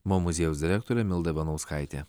mo muziejaus direktorė milda ivanauskaitė